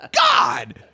God